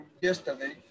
yesterday